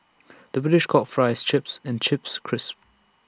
the British calls Fries Chips and Chips Crisps